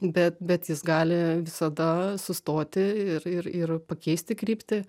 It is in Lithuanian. bet bet jis gali visada sustoti ir ir ir pakeisti kryptį